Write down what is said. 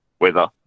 weather